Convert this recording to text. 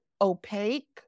opaque